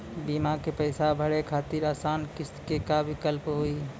बीमा के पैसा भरे खातिर आसान किस्त के का विकल्प हुई?